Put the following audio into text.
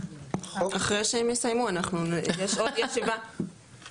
אחרי שהם יסיימו אנחנו יש עוד ישיבה (צוחקת)